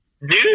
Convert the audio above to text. Dude